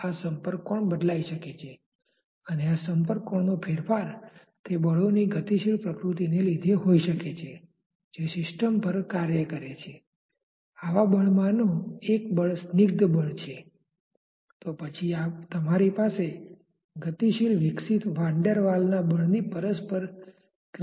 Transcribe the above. આ નિયંત્રણ volume control volume પર પ્લેટ દ્વારા લગાડવામાં આવતું બળ છે